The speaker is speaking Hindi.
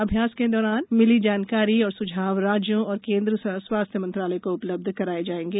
अभ्यास के दौरान मिली जानकारी और सुझाव राज्यों और केन्द्रीय स्वास्थ्य मंत्रालय को उपलब्ध कराए जाएंगे